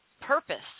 purpose